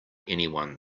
anyone